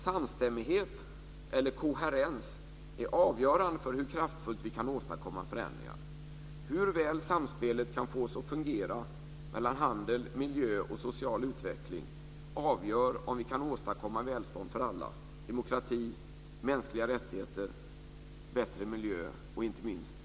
Samstämmighet eller koherens är avgörande för hur kraftfullt vi kan åstadkomma förändringar. Hur väl samspelet kan fås att fungera mellan handel, miljö och social utveckling avgör om vi kan åstadkomma välstånd för alla, demokrati, mänskliga rättigheter, bättre miljö och inte minst fred.